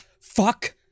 Fuck